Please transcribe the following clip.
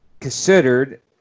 Considered